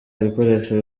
bikoresho